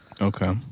okay